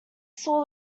saw